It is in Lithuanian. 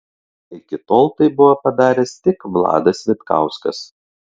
iki tol tai buvo padaręs tik vladas vitkauskas